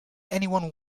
anyone